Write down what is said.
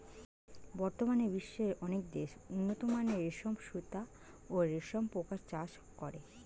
বর্তমানে বিশ্বের অনেক দেশ উন্নতমানের রেশম সুতা ও রেশম পোকার চাষ করে